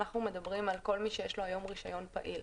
אנחנו מדברים על כל מי שיש לו היום רישיון פעיל.